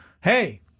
hey